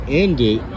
ended